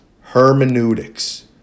hermeneutics